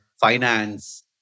finance